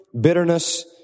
bitterness